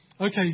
Okay